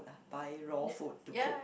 buy raw food to cook